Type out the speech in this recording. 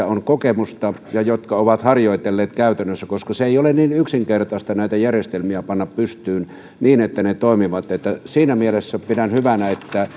on kokemusta ja jotka ovat harjoitelleet käytännössä koska ei ole niin yksinkertaista näitä järjestelmiä panna pystyyn niin että ne toimivat siinä mielessä pidän hyvänä että